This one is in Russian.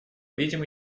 видим